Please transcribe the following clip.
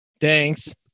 thanks